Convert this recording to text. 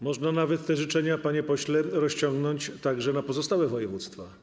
Można nawet te życzenia, panie pośle, rozciągnąć na pozostałe województwa.